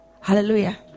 Hallelujah